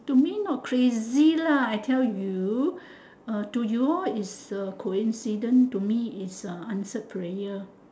to me not crazy lah I tell you to you it's a coincidence to me it's a answered prayer